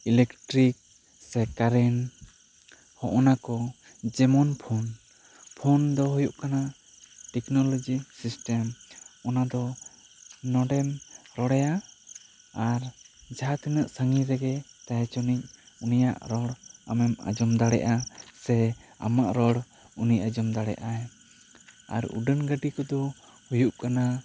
electric ᱥᱮ current ᱦᱚᱸ ᱚᱱᱟᱠᱚ ᱡᱮᱢᱚᱱ ᱯᱷᱳᱱ ᱯᱷᱳᱱ ᱫᱚ ᱦᱩᱭᱩᱜ ᱠᱟᱱᱟ ᱴᱮᱠᱱᱚᱞᱚᱜᱤ ᱥᱤᱥᱴᱚᱢ ᱚᱱᱟᱫᱚ ᱱᱚᱱᱰᱮᱢ ᱨᱚᱲᱮᱭᱟ ᱟᱨ ᱡᱟᱦᱟᱸ ᱛᱤᱱᱟᱹᱜ ᱥᱟ ᱜᱤᱧ ᱨᱮᱜᱮ ᱛᱟᱦᱮᱸ ᱚᱪᱚ ᱱᱤᱜ ᱩᱱᱤᱭᱟᱜ ᱨᱚᱲ ᱟᱢᱮᱢ ᱟᱸᱡᱚᱢ ᱫᱟᱲᱮᱭᱟᱜᱼᱟ ᱥᱮ ᱟᱢᱟᱜ ᱨᱚᱲ ᱩᱱᱤ ᱟᱸᱡᱚᱢ ᱫᱟᱲᱮᱜᱼᱟᱭ ᱟᱨ ᱩᱰᱟᱹᱱ ᱜᱟᱹᱰᱤ ᱛᱮᱫᱚ ᱦᱩᱭᱩᱜ ᱠᱟᱱᱟ